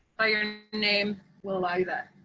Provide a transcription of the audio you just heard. by your name will allow you that.